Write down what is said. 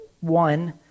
one